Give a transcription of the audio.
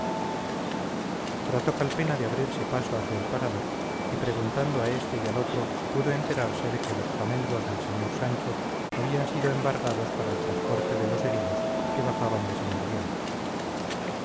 trató calpena de abrirse paso hacia el parador y preguntando a este y al otro pudo enterarse de que los jamelgos del sr sancho habían sido embargados para el transporte de los heridos que bajaban de san adrián